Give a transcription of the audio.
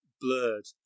blurred